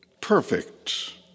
perfect